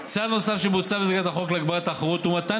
צעד נוסף שבוצע במסגרת החוק להגברת התחרות הוא מתן